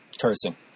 cursing